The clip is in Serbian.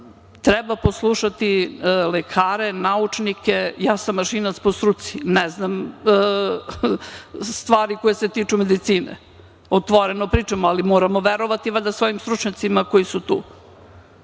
treba poslušati lekare, naučnike, ja sam mašinac po struci, ne znam stvari koje se tiču medicine, otvoreno pričamo, ali moramo verovati valjda svojim stručnjacima koji su tu.